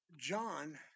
John